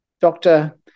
doctor